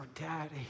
daddy